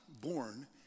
born